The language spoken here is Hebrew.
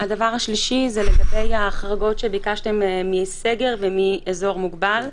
הדבר השלישי זה לגבי ההחרגות שביקשתם מסגר ומאזור מוגבל.